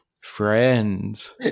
Friends